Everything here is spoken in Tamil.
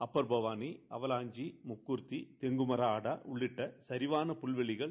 ஆப்பர் பவாளி அவலாஞ்சி முக்குர்த்தி தெங்குமாலமாடா உள்ளிட்ட சிவான புல்வெளிகள்